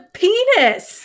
penis